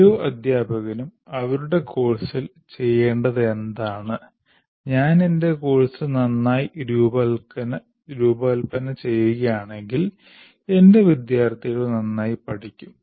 ഓരോ അദ്ധ്യാപകനും അവരുടെ കോഴ്സിൽ ചെയ്യേണ്ടത് എന്താണ് ഞാൻ എന്റെ കോഴ്സ് നന്നായി രൂപകൽപ്പന ചെയ്യുകയാണെങ്കിൽ എന്റെ വിദ്യാർത്ഥികൾ നന്നായി പഠിക്കും